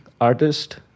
artist